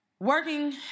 Working